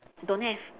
don't have